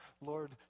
Lord